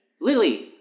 Lily